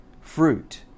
fruit